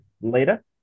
later